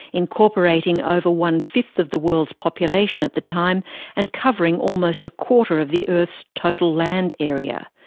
incorporating over one-fifth of the world's population at the time and covering almost a quarter of the earth's total land area.